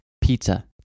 Pizza